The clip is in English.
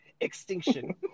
extinction